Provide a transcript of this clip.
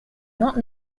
not